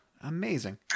amazing